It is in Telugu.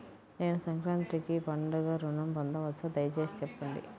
నేను సంక్రాంతికి పండుగ ఋణం పొందవచ్చా? దయచేసి చెప్పండి?